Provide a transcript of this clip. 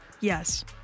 Yes